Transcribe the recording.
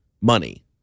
money